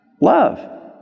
Love